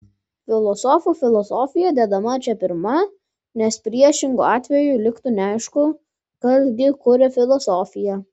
filosofų filosofija dedama čia pirma nes priešingu atveju liktų neaišku kas gi kuria filosofiją